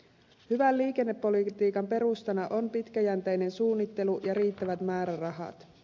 hyvän liikennepolitiikan perustana ovat pitkäjänteinen suunnittelu ja riittävät määrärahat